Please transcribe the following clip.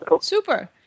Super